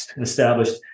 established